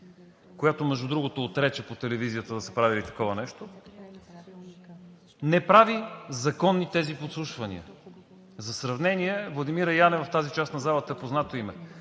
която, между другото, отрече по телевизията да са правили такова нещо, не прави законни тези подслушвания. За сравнение Владимира Янева, в тази част на залата е познато име,